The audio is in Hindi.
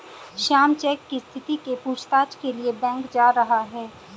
श्याम चेक की स्थिति के पूछताछ के लिए बैंक जा रहा है